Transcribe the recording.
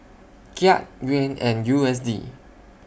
Kyat Yuan and U S D